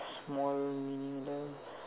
small meaningless